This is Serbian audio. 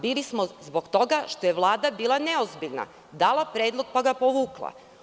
Bili smo zbog toga što je Vlada bila neozbiljna, dala predlog pa ga povukla.